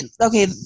Okay